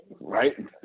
Right